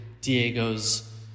Diego's